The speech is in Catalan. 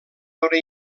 veure